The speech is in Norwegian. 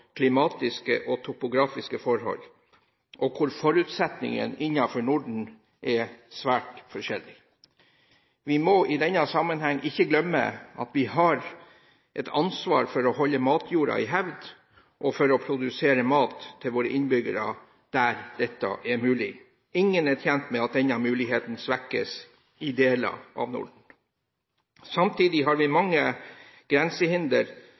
klimatiske og topografiske forhold, og hvor forutsetningene innenfor Norden er svært forskjellige. Vi må i denne sammenheng ikke glemme at vi har et ansvar for å holde matjorda i hevd og for å produsere mat til våre innbyggere der dette er mulig. Ingen er tjent med at denne muligheten svekkes i deler av Norden. Samtidig har vi mange grensehinder